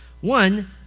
one